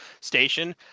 station